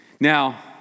Now